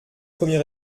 premier